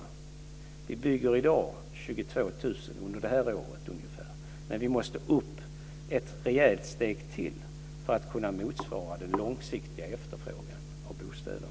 Under det här året bygger vi ungefär 22 000, men vi måste upp ett rejält steg till för att kunna motsvara den långsiktiga efterfrågan på bostäder.